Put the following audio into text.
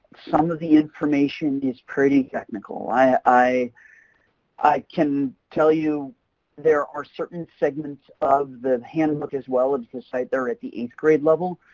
some of the information is pretty technical. i i i can tell you there are certain segments of the handbook as well as the site that are at the eighth grade level,